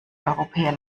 europäer